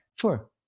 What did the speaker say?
Sure